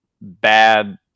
bad